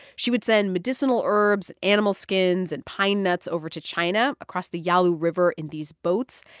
she would send medicinal herbs, animal skins and pine nuts over to china across the yalu river in these boats.